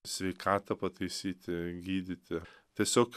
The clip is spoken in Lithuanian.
sveikatą pataisyti gydyti tiesiog